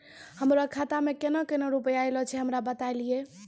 हमरो खाता मे केना केना रुपैया ऐलो छै? हमरा बताय लियै?